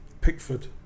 Pickford